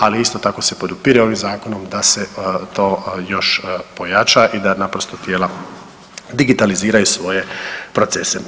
Ali isto tako se podupire ovim zakonom da se to još pojača i da naprosto tijela digitaliziraju svoje procese.